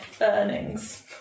earnings